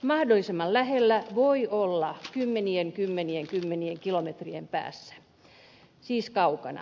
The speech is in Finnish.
mahdollisimman lähellä voi olla kymmenien kymmenien kymmenien kilometrien päässä siis kaukana